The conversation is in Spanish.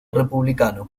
republicano